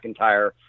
McIntyre